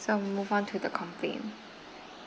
so we move on to the complaint